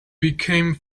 became